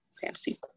fantasy